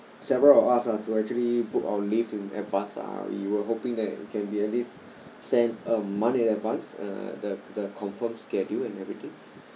several of us lah to actually book our leave in advance ah we were hoping that it can be at least sent a month in advance uh the the confirmed schedule and everything